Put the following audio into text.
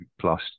plus